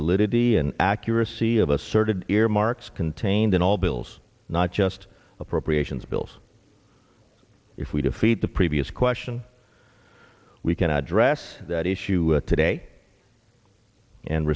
validity and accuracy of asserted earmarks contained in all bills not just appropriations bills if we defeat the previous question we can address that issue today and